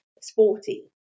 sporty